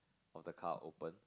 or the car open